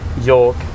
york